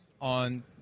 on